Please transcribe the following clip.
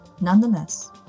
Nonetheless